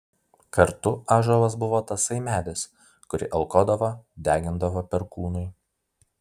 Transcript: kartu ąžuolas buvo tasai medis kurį aukodavo degindavo perkūnui